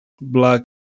black